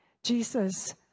Jesus